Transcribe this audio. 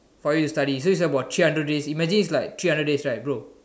for you to study so it's about three hundred days imagine it's like three hundred days right bro